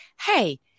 Hey